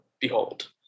behold